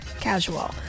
Casual